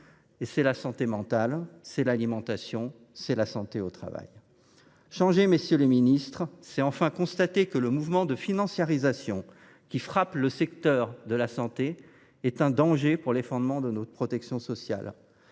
C’est la santé mentale. C’est l’alimentation. C’est la santé au travail. Changer, madame la ministre, messieurs les ministres, c’est, enfin, constater que le mouvement de financiarisation qui frappe le secteur de la santé est un danger pour les fondements de notre protection sociale.